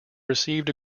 received